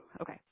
okay